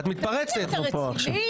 תגיד לי, אתה רציני?